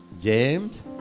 James